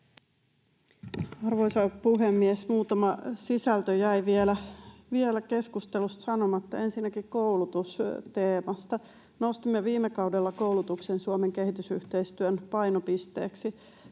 Arvoisa puhemies! Muutama sisältö jäi vielä keskustelussa sanomatta, ensinnäkin koulutusteemasta. Nostimme viime kaudella koulutuksen Suomen kehitysyhteistyön painopisteeksi,